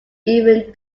even